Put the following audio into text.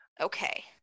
Okay